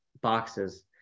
boxes